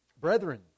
Brethren